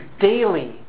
daily